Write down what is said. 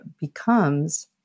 becomes